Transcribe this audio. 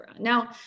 Now